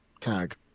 tag